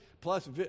plus